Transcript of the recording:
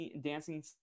dancing